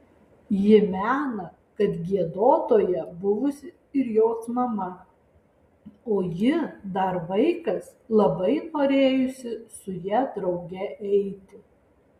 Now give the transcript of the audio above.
ji mena kad giedotoja buvusi ir jos mama o ji dar vaikas labai norėjusi su ja drauge eiti